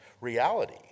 reality